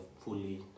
fully